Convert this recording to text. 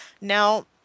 Now